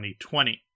2020